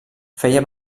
feia